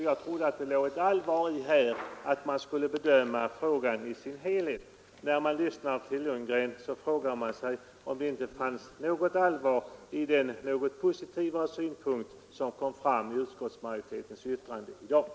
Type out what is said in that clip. Jag trodde att det låg allvar bakom detta och att man skulle bedöma frågan i dess helhet. När man lyssnar till herr Lundgren frågar man sig om det inte fanns något allvar bakom den något positivare inställning som utskottsmajoriteten nu för fram.